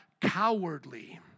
cowardly